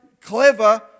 clever